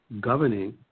governing